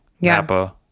Napa